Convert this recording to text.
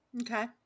Okay